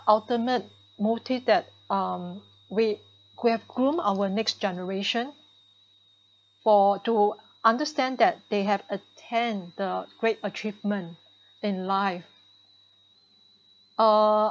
ultimate motive that err we we have groom our next generation for to understand that they have attend the great achievement in life uh